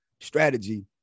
strategy